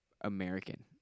american